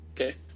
okay